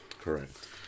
Correct